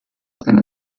eine